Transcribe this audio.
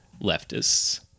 leftists